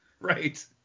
Right